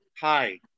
hi